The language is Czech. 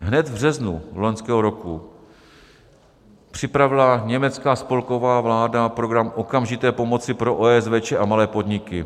Hned v březnu loňského roku připravila německá spolková vláda program okamžité pomoci pro OSVČ a malé podniky.